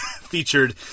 featured